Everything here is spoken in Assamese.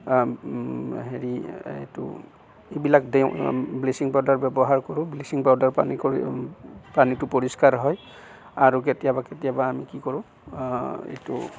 হেৰি এইটো এইবিলাক দেওঁ ব্লিচিং পাউদাৰ ব্যৱহাৰ কৰোঁ ব্লিচিং পাউদাৰ পানী কৰি পানীটো পৰিষ্কাৰ হয় আৰু কেতিয়াবা কেতিয়াবা আমি কি কৰোঁ এইটো